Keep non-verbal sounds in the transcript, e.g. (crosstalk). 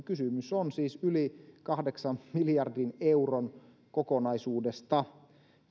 (unintelligible) kysymys on yli kahdeksan miljardin euron kokonaisuudesta